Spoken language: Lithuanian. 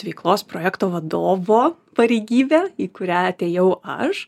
veiklos projekto vadovo pareigybė kurią atėjau aš